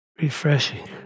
Refreshing